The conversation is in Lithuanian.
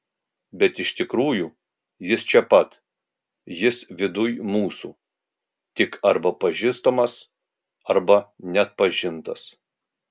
bet iš tikrųjų jis čia pat jis viduj mūsų tik arba pažįstamas arba neatpažintas